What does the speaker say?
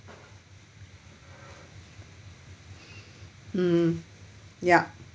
mm yup